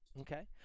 okay